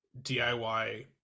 diy